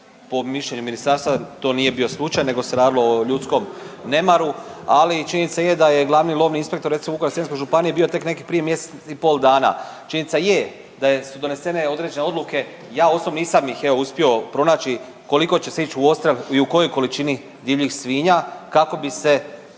po mišljenju ministarstva to nije bio slučaj, nego se radilo o ljudskom nemaru. Ali činjenica je da je glavni lovni inspektor recimo Vukovarsko-srijemske županije bio tek nekih prije mjesec i pol dana. Činjenica je da su donesene određene odluke. Ja osobno nisam ih evo uspio pronaći koliko će se ići u odstrel i u kojoj količini divljih svinja kako bi se